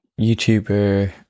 YouTuber